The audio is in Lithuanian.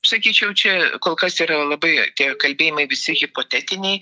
sakyčiau čia kol kas yra labai tie kalbėjimai visi hipotetiniai